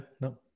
no